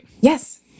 Yes